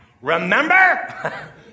remember